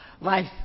Life